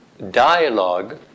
dialogue